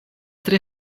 tre